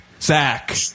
Zach